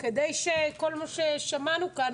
כדי שכל מה ששמענו כאן,